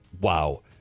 wow